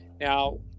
Now